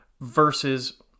versus